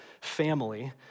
family